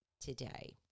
today